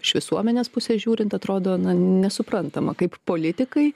iš visuomenės pusės žiūrint atrodo nesuprantama kaip politikai